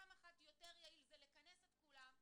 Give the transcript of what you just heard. יותר יעיל זה לכנס את כולם,